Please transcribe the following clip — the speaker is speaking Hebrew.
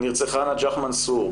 נרצחה נג'אח מנסור,